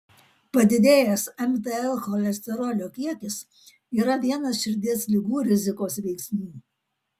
padidėjęs mtl cholesterolio kiekis yra vienas širdies ligų rizikos veiksnių